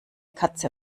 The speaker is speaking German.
katze